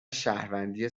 شهروندی